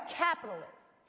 capitalists